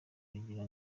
kugira